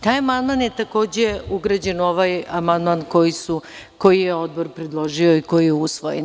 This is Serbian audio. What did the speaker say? Taj amandman je takođe ugrađen u ovaj amandman koji je Odbor predložio i koji je usvojen.